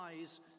eyes